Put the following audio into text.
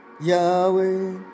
Yahweh